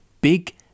Big